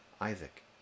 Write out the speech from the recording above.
Isaac